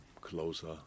closer